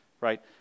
right